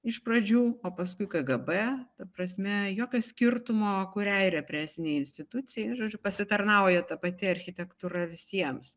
iš pradžių o paskui kgb ta prasme jokio skirtumo kuriai represinei institucijai žodžiu pasitarnauja ta pati architektūra visiems